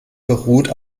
beruht